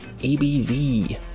abv